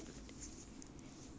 I very